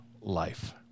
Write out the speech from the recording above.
Life